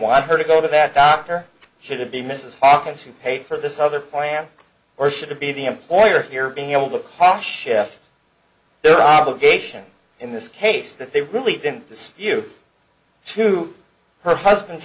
want her to go to that doctor should it be mrs hawkins who paid for this other plan or should it be the employer here being able to pop shift their obligation in this case that they really didn't dispute to her husband's